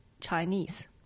Chinese